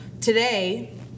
today